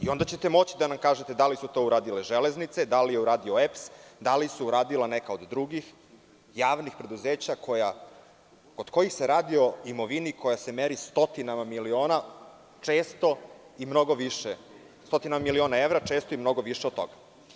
Onda ćete moći da nam kažete da li su to uradile „Železnice“, da li je uradio EPS, da li su uradila neka od drugih javnih preduzeća, kod kojih se radi o imovini koja se meri stotinama miliona evra, a često i mnogo više od toga.